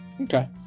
Okay